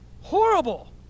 Horrible